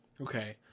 okay